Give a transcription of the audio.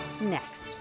next